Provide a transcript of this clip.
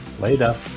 Later